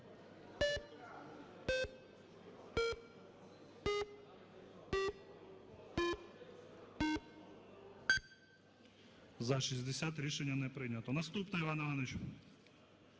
За-60 Рішення не прийнято. Наступна, Іван Іванович.